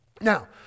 now